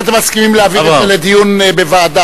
האם אתם מסכימים להעביר את זה לדיון בוועדה?